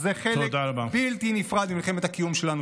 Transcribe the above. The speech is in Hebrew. זה חלק בלתי נפרד ממלחמת הקיום שלנו.